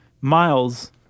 miles